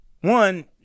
one